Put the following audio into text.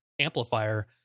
amplifier